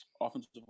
offensive